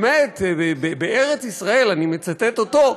באמת, בארץ-ישראל, אני מצטט אותו,